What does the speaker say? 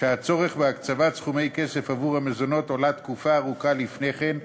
שהצורך בהקצבת סכומי כסף עבור המזונות עולה תקופה ארוכה לפני כן,